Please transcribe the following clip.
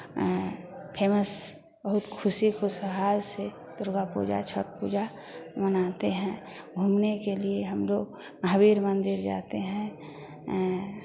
famous बहुत खुशी खुशहाल से दुर्गा पूजा छठ पूजा मनाते हैं घूमने के लिए हम लोग महावीर मन्दिर जाते हैं